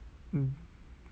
mm